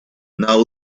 now